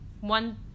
one